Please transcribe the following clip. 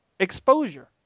exposure